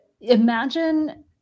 imagine